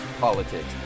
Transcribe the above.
politics